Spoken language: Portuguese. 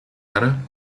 era